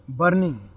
burning